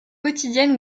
quotidiennes